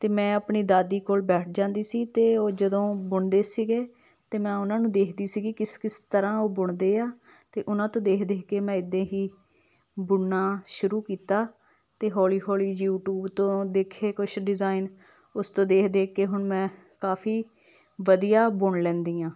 ਅਤੇ ਮੈਂ ਆਪਣੀ ਦਾਦੀ ਕੋਲ ਬੈਠ ਜਾਂਦੀ ਸੀ ਅਤੇ ਉਹ ਜਦੋਂ ਬੁਣਦੇ ਸੀਗੇ ਅਤੇ ਮੈਂ ਉਹਨਾਂ ਨੂੰ ਦੇਖਦੀ ਸੀਗੀ ਕਿਸ ਕਿਸ ਤਰ੍ਹਾਂ ਉਹ ਬੁਣਦੇ ਆ ਅਤੇ ਉਹਨਾਂ ਤੋਂ ਦੇਖ ਦੇਖ ਕੇ ਮੈਂ ਇੱਦਾਂ ਹੀ ਬੁਣਨਾ ਸ਼ੁਰੂ ਕੀਤਾ ਅਤੇ ਹੌਲੀ ਹੌਲੀ ਯੂਟਿਊਬ ਤੋਂ ਦੇਖੇ ਕੁਛ ਡਿਜ਼ਾਇਨ ਉਸ ਤੋਂ ਦੇਖ ਦੇਖ ਕੇ ਹੁਣ ਮੈਂ ਕਾਫੀ ਵਧੀਆ ਬੁਣ ਲੈਂਦੀ ਹਾਂ